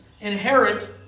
Inherit